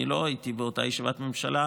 אני לא הייתי באותה ישיבת ממשלה,